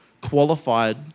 qualified